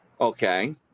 Okay